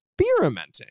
experimenting